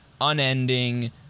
unending